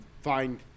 find